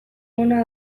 ona